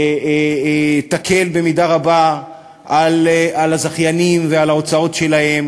היא תקל במידה רבה על הזכיינים ועל ההוצאות שלהם,